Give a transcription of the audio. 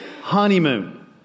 honeymoon